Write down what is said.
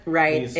right